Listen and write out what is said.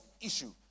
issue